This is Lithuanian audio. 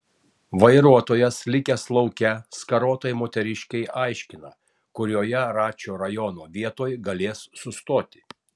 vairuotojas likęs lauke skarotai moteriškei aiškina kurioje račio rajono vietoj galės sustoti